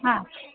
હા